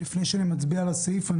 לפני שנצביע על הסעיף,